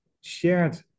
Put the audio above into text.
shared